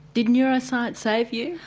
did neuroscience save you?